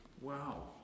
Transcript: Wow